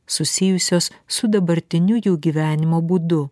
susijusios su dabartiniu jų gyvenimo būdu